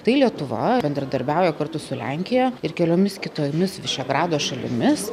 tai lietuva bendradarbiauja kartu su lenkija ir keliomis kitomis višegrado šalimis